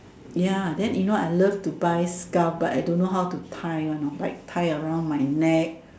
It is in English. ya then you know I love to buy scarf but I don't know how to tie one know like tie around my neck